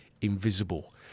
invisible